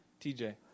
TJ